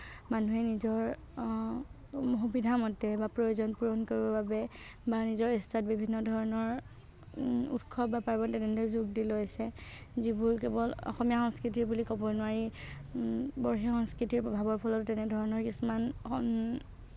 মানুহে নিজৰ সুবিধা মতে বা প্ৰয়োজন পূৰণ কৰিবৰ বাবে বা নিজৰ ইচ্ছাত বিভিন্ন ধৰণৰ উৎসৱ বা পাৰ্বণ তেনেকৈ যোগ দি লৈছে যিবোৰ কেৱল অসমীয়া সংস্কৃতি বুলি ক'ব নোৱাৰি বৰ্হি সংস্কৃতিৰ প্ৰভাৱৰ ফলতো তেনে ধৰণৰ কিছুমান